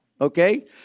Okay